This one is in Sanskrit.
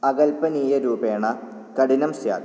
अगल्पनीयरूपेण कटिनं स्यात्